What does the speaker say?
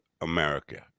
America